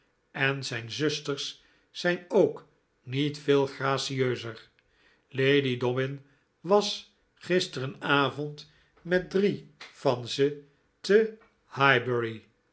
en zijn zusters zijn ook niet veel gratieuzer lady dobbin was gisteren avond met drie van ze te